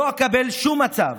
לא אקבל שום מצב